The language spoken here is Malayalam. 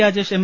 രാജേഷ് എം